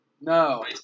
no